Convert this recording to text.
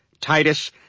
Titus